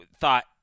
thought